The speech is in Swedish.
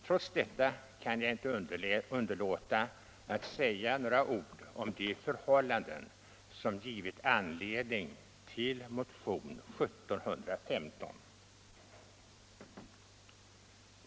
Trots detta kan jag inte underlåta att säga några ord om de förhållanden som givit anledning till motionen i fråga.